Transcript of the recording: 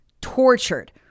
tortured